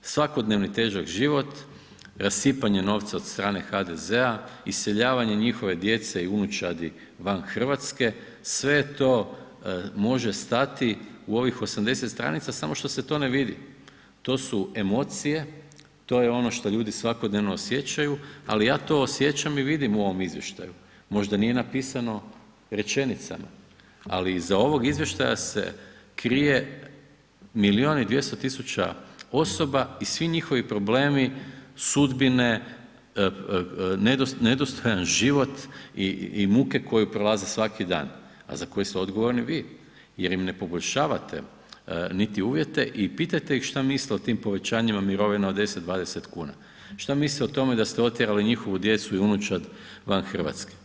Svakodnevni težak život, rasipanje novca od strane HDZ-a, iseljavanje njihove djece i unučadi van Hrvatske, sve to može stati u ovih 80 str., samo što se to ne vidi, to su emocije, to je ono što ljudi svakodnevno osjećaju ali ja to osjećam i vidimo u ovom izvještaju, možda nije napisano rečenicama ali iza ovog izvještaja se krije milijun i 200 000 osoba i svi njihovi problemu, sudbine, nedostojan život i muke koje prolaze svaki dan a za koje ste odgovorni vi jer im ne poboljšavate niti uvjete i pitajte ih što misle o tim povećanjima mirovina od 10, 20 kn, šta misle o tome da ste otjerali njihovu djecu i unučad van Hrvatske?